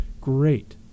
Great